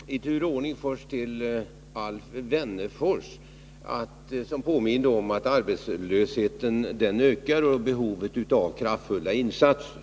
Herr talman! För att ta inläggen i tur och ordning vill jag först vända mig till Alf Wennerfors, som påminde om att arbetslösheten ökar och därmed behovet av kraftfulla insatser.